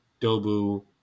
Dobu